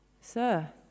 Sir